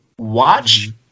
Watch